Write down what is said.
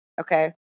Okay